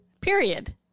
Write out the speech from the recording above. Period